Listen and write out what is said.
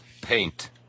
paint